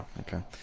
okay